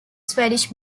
swedish